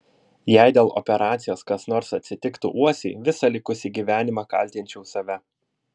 jei dėl operacijos kas nors atsitiktų uosiui visą likusį gyvenimą kaltinčiau save